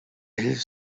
ell